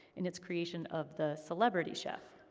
in its creation of the celebrity chef.